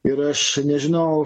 ir aš nežinau